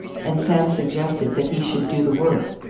and sam suggested that he should do the work.